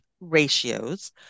ratios